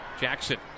Jackson